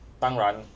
当然